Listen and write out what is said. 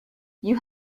you